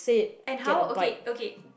and how okay okay